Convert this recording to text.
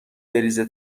بریزه